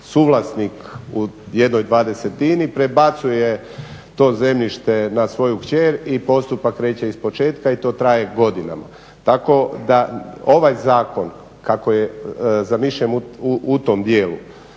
suvlasnik u jednoj dvadesetini prebacuje to zemljište na svoju kćer i postupak kreće iz početka i to traje godinama. Tako da ovaj zakon kako je zamišljen u tom dijelu